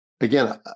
again